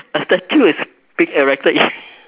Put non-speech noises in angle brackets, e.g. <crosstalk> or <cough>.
a statue is being erected in <laughs>